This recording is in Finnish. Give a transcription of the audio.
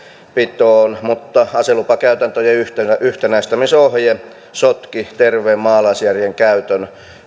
mutta aselupakäytäntöjen yhtenäistämisohje sotki terveen maalaisjärjen käytön